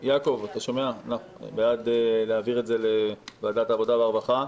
אני בעד להעביר את זה לוועדת העבודה והרווחה.